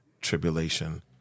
tribulation